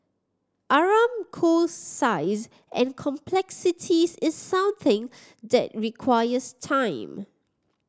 Aramco's size and complexities is something that requires time